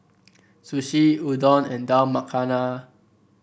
Sushi Udon and Dal Makhani